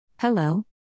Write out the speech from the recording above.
Hello